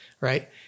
right